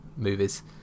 movies